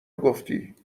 گفتی